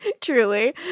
Truly